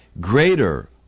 Greater